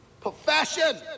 profession